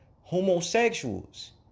homosexuals